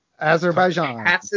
Azerbaijan